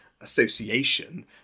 association